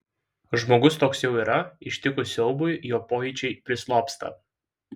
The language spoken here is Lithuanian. žmogus toks jau yra ištikus siaubui jo pojūčiai prislopsta